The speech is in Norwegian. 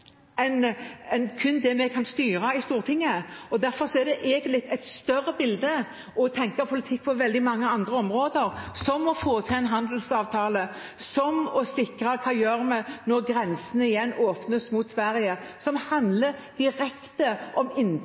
kun det vi kan styre i Stortinget. Derfor er det egentlig et større bilde å tenke politikk i, på veldig mange andre områder, som å få til en handelsavtale, som å sikre hva vi gjør når grensene igjen åpnes mot Sverige, som handler direkte om